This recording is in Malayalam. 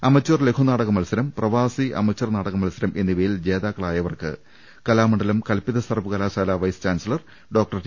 അമചാർ ലഘുനാടക മത്സരം പ്രവാസി അമചർ നാടക മത്സരം എന്നിവയിൽ ജേതാക്കളായവർക്ക് കലാമണ്ഡലം കല്പിത സർവ കലാശാല വൈസ് ചാൻസലർ ഡോക്ടർ ടി